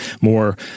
More